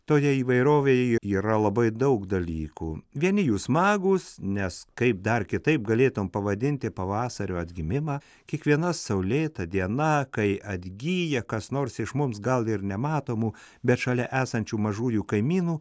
toje įvairovėje yra labai daug dalykų vieni jų smagūs nes kaip dar kitaip galėtum pavadinti pavasario atgimimą kiekviena saulėta diena kai atgyja kas nors iš mums gal ir nematomų bet šalia esančių mažųjų kaimynų